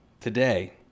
today